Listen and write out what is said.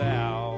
out